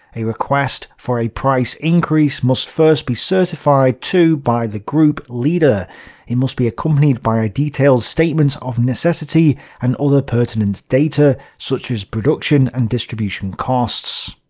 a request for a price increase must first be certified to by the group leader it must be accompanied by a detailed statement of necessity and other pertinent data, such as production and distribution costs.